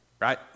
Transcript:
Right